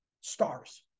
stars